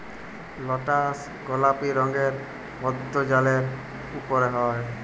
lotus গলাপি রঙের পদ্দ জালের উপরে হ্যয়